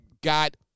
got